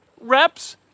reps